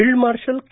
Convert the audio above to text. field marshal K